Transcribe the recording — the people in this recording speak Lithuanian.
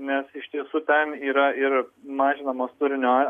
nes iš tiesų ten yra ir mažinamos turinio